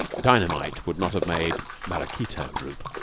dynamite would not have made maraquita droop.